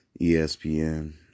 ESPN